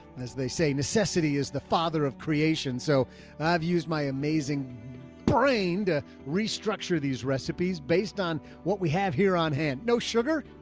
and as they say, necessity is the father of creation. so i've used my amazing brain to restructure these recipes based on what we have here on hand. no sugar,